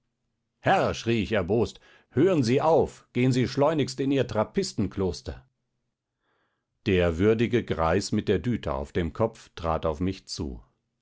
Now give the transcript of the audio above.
herr schrie ich erbost hören sie auf gehen sie schleunigst in ihr trappistenkloster der würdige greis mit der düte auf dem kopf trat auf mich zu